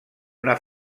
una